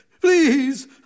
please